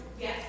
Yes